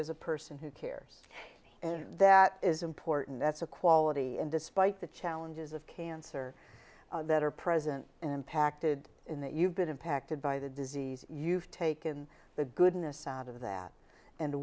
as a person who cares and that is important that's a quality and despite the challenges of cancer that are present in impacted in that you've been impacted by the disease you've taken the goodness out of that and